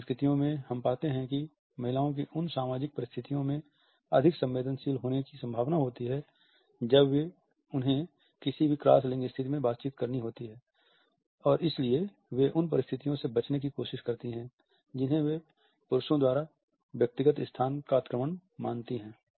कुछ संस्कृतियों में हम पाते हैं कि महिलाओं की उन सामाजिक परिस्थितियों में अधिक संवेदनशील होने की संभावना होती है जब उन्हें किसी भी क्रॉस लिंग स्थिति में बातचीत करनी होती है और इसलिए वे उन परिस्थितियों से बचने की कोशिश करती हैं जिन्हें वे पुरुषों द्वारा व्यक्तिगत स्थान का अतिक्रमण मानती हैं